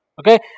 Okay